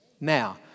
Now